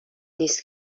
نیست